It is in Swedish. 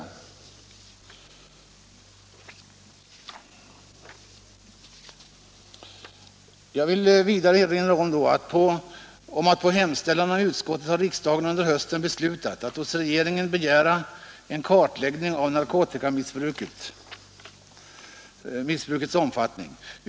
Först vill jag då erinra om att riksdagen — på hemställan av socialutskottet — under hösten har beslutat att hos regeringen begära en kartläggning av narkotikamissbrukets omfattning.